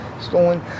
stolen